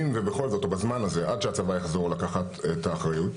אם ובכל זאת או בזמן הזה עד שהצבא יחזור לקחת את האחריות,